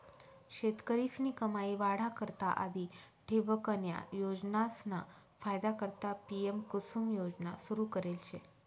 शेतकरीस्नी कमाई वाढा करता आधी ठिबकन्या योजनासना फायदा करता पी.एम.कुसुम योजना सुरू करेल शे